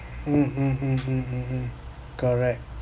mm hmm hmm hmm hmm hmm correct